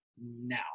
now